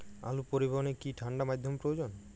আলু পরিবহনে কি ঠাণ্ডা মাধ্যম প্রয়োজন?